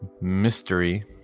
mystery